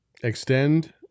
Extend